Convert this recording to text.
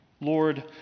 Lord